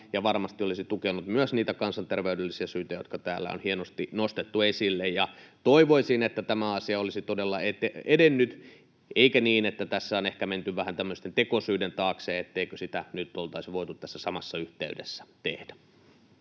varmasti olisi tukenut myös niitä kansanterveydellisiä syitä, jotka täällä on hienosti nostettu esille. Toivoisin, että tämä asia olisi todella edennyt, eikä niin, että tässä on ehkä menty vähän tämmöisten tekosyiden taakse, etteikö sitä nyt oltaisi voitu tässä samassa yhteydessä tehdä.